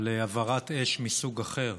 על הבערת אש מסוג אחר.